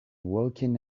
working